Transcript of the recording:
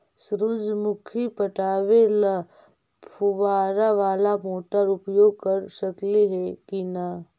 सुरजमुखी पटावे ल फुबारा बाला मोटर उपयोग कर सकली हे की न?